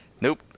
Nope